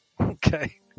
Okay